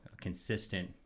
consistent